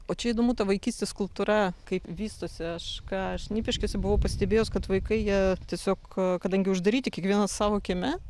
o čia įdomu ta vaikystės kultūra kaip vystosi aš ką aš šnipiškėse buvau pastebėjus kad vaikai jie tiesiog a kadangi uždaryti kiekvienas savo kieme